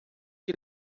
que